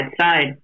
side